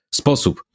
sposób